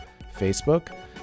Facebook